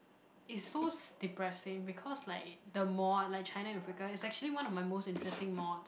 it's so so depressing because like the mod like China and Africa it's actually one of my most interesting mods